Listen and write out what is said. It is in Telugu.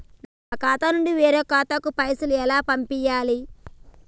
మా ఖాతా నుండి వేరొక ఖాతాకు పైసలు ఎలా పంపియ్యాలి?